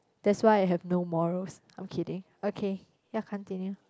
that's why I have no morals I'm kidding okay ya continue